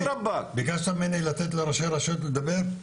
ביקשת ממני לתת לראשי הרשויות לדבר,